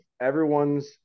Everyone's